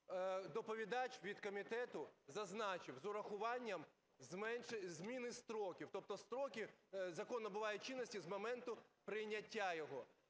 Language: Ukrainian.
Доповідач від комітету зазначив – з урахуванням зміни строків, тобто строки, закон набуває чинності з моменту прийняття його.